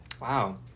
Wow